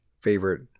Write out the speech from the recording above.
favorite